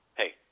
hey